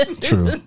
True